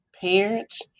parents